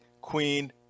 Queen